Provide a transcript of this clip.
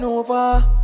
over